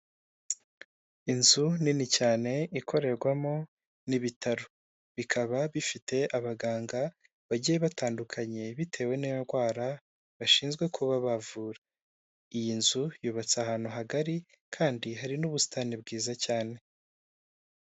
Inzu nini cyane ikorerwamo n'ibitaro, bikaba bifite abaganga bagiye batandukanye, bitewe n'indwara bashinzwe kuba bavura, iyi nzu yubatse ahantu hagari kandi hari n'ubusitani bwiza cyane.